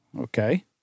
okay